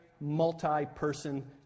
multi-person